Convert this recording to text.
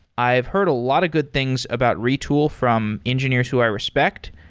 i've heard a lot of good things about retool from engineers who i respect.